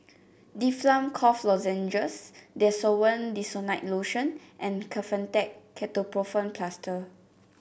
Difflam Cough Lozenges Desowen Desonide Lotion and Kefentech Ketoprofen Plaster